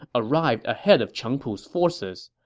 arrived ahead of cheng pu's forces.